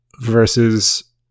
versus